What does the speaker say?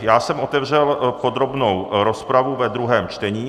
Já jsem otevřel podrobnou rozpravu ve druhém (?) čtení.